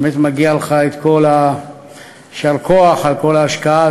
באמת, מגיע לך כל היישר-כוח על כל ההשקעה.